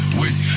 wait